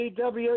AW